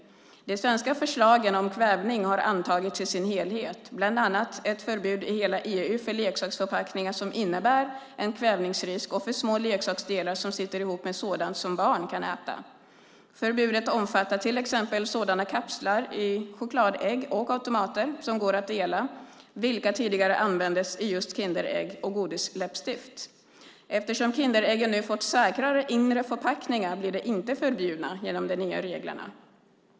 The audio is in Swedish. De svenska förslagen om kvävning har antagits i sin helhet, bland annat ett förbud i hela EU för leksaksförpackningar som innebär en kvävningsrisk och för små leksaksdelar som sitter ihop med sådant som barn kan äta. Förbudet omfattar till exempel sådana kapslar i chokladägg och automater som går att dela, vilka tidigare användes i just Kinderägg och godisläppstift. Eftersom Kinderäggen nu fått säkrare inre förpackningar blir de inte förbjudna genom de nya reglerna.